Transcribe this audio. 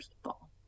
people